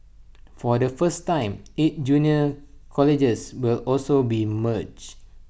for the first time eight junior colleges will also be merged